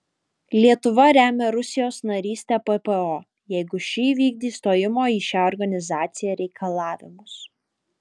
lietuva remia rusijos narystę ppo jeigu ši įvykdys stojimo į šią organizaciją reikalavimus